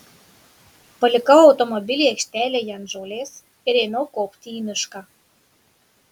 palikau automobilį aikštelėje ant žolės ir ėmiau kopti į mišką